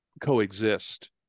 coexist